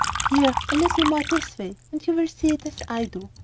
here, a little more this way, and you will see it as i do.